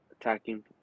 attacking